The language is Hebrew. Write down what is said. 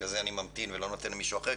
בגלל זה אני ממתין ולא נותן למישהו אחר.